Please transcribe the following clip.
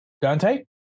Dante